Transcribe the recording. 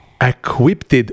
Equipped